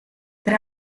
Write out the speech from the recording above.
tre